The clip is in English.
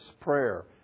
prayer